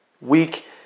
week